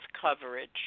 coverage